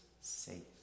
safe